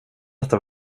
detta